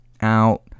out